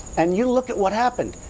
and you look at what happened!